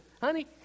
Honey